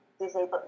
disabled